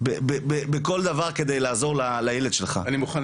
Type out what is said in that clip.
בכל דבר כדי לעזור לילדים שלהם.